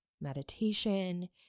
meditation